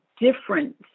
different